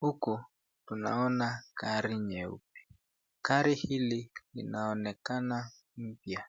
Huko tunaona gari nyeupe. Gari hili linaonekana mpya.